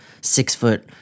six-foot